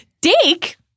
Dake